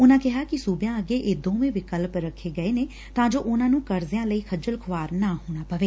ਉਨੂਾ ਕਿਹਾ ਕਿ ਸੂਬਿਆ ਅੱਗੇ ਇਹ ਦੋਵੇ ਵਿਕਲੱਪ ਰੱਖੇ ਗਏ ਨੇ ਤਾ ਜੋ ਉਨੂਾ ਨੂੰ ਕਰਜ਼ਿਆ ਲਈ ਖੱਜਲ ਖੁਆਰ ਨਾ ਹੋਣਾ ਪਵੇ